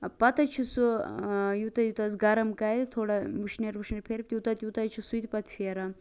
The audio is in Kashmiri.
پتے چھُ سُہ یوتاہ یوتاہ حظ گرم کَرٕ تھوڑا وٕشنٲر وٕشنٲر پھیرٕ تیوتاہ تیوتاہ حظ چھُ سُہ تہِ پَتہٕ پھیران